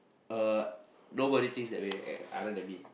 uh nobody thinks that way other than me